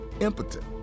impotent